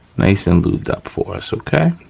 nice and lubed up for us, okay.